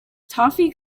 toffee